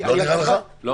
לא